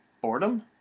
Boredom